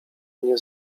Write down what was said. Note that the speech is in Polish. nie